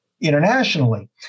internationally